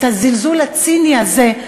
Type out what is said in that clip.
לזלזול הציני הזה,